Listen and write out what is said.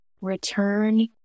return